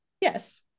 Yes